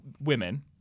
women